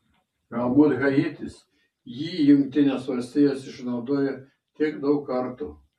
galbūt haitis jį jungtinės valstijos išnaudojo tiek daug kartų